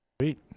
Sweet